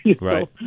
Right